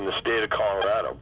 in the state of colorado